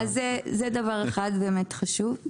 זה דבר אחד חשוב.